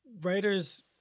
writers